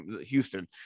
Houston